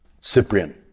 Cyprian